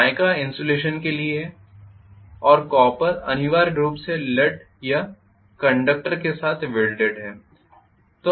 mica insulation के लिए है और कॉपर अनिवार्य रूप से लट या कंडक्टर के साथ वेल्डेड है